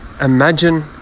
imagine